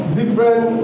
different